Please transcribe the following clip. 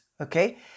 okay